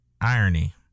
irony